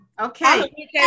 okay